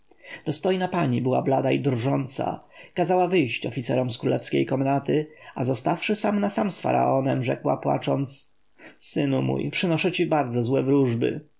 dostojna pani była blada i drżąca kazała wyjść oficerom z królewskiej komnaty a zostawszy sam na sam z faraonem rzekła płacząc synu mój przynoszę ci bardzo złe wróżby